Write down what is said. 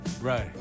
Right